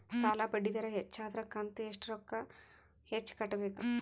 ಸಾಲಾ ಬಡ್ಡಿ ದರ ಹೆಚ್ಚ ಆದ್ರ ಕಂತ ಎಷ್ಟ ರೊಕ್ಕ ಹೆಚ್ಚ ಕಟ್ಟಬೇಕು?